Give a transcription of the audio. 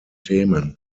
themen